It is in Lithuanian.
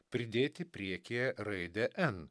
pridėti priekyje raidę n